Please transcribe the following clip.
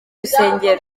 rusengero